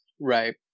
Right